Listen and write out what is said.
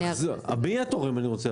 אני רוצה לדעת מי התורם.